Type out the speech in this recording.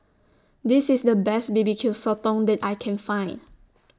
This IS The Best B B Q Sotong that I Can Find